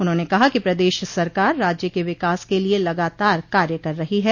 उन्होंने कहा कि प्रदेश सरकार राज्य के विकास के लिये लगातार कार्य कर रही है